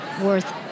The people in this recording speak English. worth